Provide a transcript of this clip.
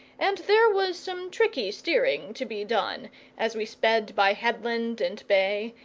and there was some tricky steering to be done as we sped by headland and bay,